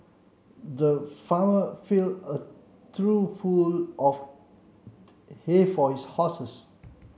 the farmer filled a trough full of hay for his horses